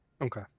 Okay